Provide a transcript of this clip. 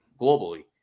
globally